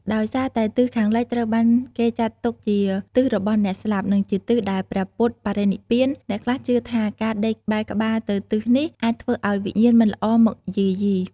ដោយសារតែទិសខាងលិចត្រូវបានគេចាត់ទុកជា "ទិសរបស់អ្នកស្លាប់" និងជាទិសដែលព្រះពុទ្ធបរិនិព្វាន អ្នកខ្លះជឿថាការដេកបែរក្បាលទៅទិសនេះអាចធ្វើឱ្យវិញ្ញាណមិនល្អមកយាយី។